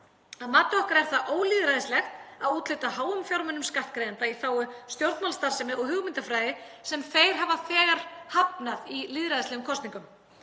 Að mati okkar er það ólýðræðislegt að úthlutað háum fjármunum skattgreiðenda í þágu stjórnmálastarfsemi og hugmyndafræði sem þeir hafa hafnað í lýðræðislegum kosningum.